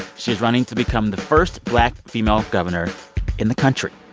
she is running to become the first black, female governor in the country.